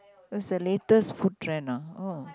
what's the latest food trend ah oh